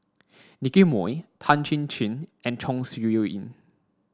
Nicky Moey Tan Chin Chin and Chong Siew Ying